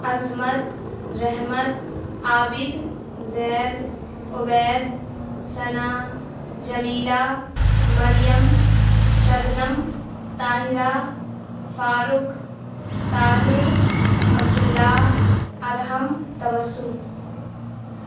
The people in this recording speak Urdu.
عظمت رحمت عابد زید عبید ثنا جمیلا مریم شبنم طاہرہ فاروق طاہر عبد اللہ ارحم تسم